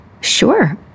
Sure